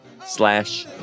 slash